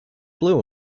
blue